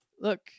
look